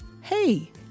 Hey